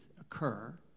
occur